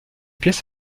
pièces